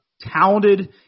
talented –